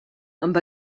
amb